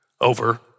over